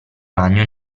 ragno